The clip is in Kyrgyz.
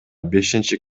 бешинчи